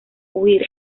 huir